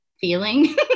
feeling